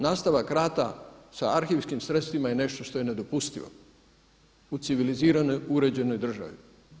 Nastavak rata sa arhivskim sredstvima je nešto što je nedopustivo u civiliziranoj uređenoj državi.